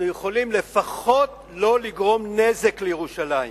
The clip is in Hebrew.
יכולים לפחות לא לגרום נזק לירושלים.